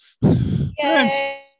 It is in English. Yay